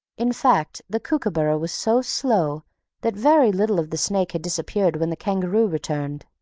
in fact the kookooburra was so slow that very little of the snake had disappeared when the kangaroo returned.